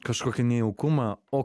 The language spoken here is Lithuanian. kažkokį nejaukumą o